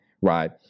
right